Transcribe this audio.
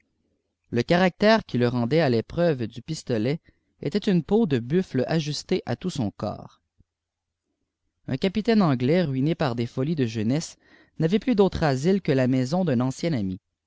le cai actipe qui le rendait à l'épreuve du stolet était une pu de buffle ajustée à tout scm oorps lîn capitaine anglais ruiné par des ftrfies de j infie e n'avait plus d'autre asile que la maison d'un ancien ami